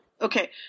Okay